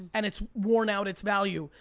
and it's worn out it's value,